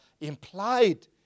implied